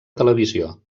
televisió